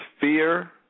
fear